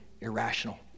irrational